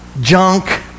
junk